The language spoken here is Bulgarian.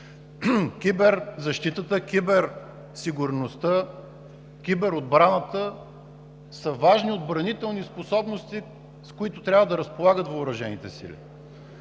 Киберзащитата, киберсигурността, киберотбраната са важни отбранителни способности, с които трябва да разполагат въоръжените сили.